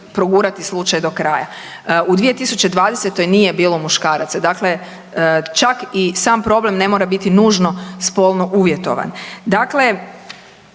progurati slučaj do kraja. U 2020. nije bilo muškaraca. Dakle, čak i sam problem ne mora biti nužno spolno uvjetovan. Dakle,